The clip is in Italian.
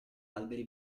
alberi